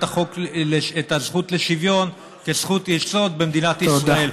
הזכות לשוויון כזכות יסוד במדינת ישראל.